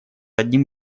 одним